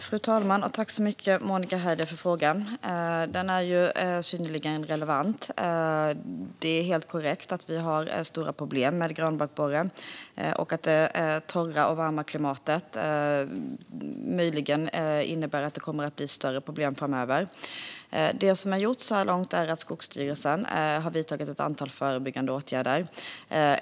Fru talman! Tack, Monica Haider, för frågan! Den är ju synnerligen relevant. Det är helt korrekt att vi har ett stort problem med granbarkborren och att det torra och varma klimatet möjligen innebär att det kommer att bli större problem framöver. Det som har gjorts så här långt är att Skogsstyrelsen har vidtagit ett antal förebyggande åtgärder.